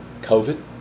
COVID